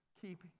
keep